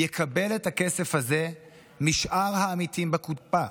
יקבל את הכסף הזה משאר העמיתים בקופה.